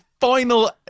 final